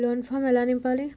Loan form ఎలా నింపాలి?